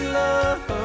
love